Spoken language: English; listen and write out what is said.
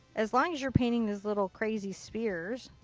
as long as you're painting these little crazy spears,